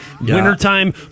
wintertime